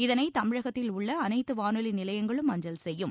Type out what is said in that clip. இதனை தமிழகத்தில் உள்ள அனைத்து வானொலி நிலையங்களும் அஞ்சல் செய்யும்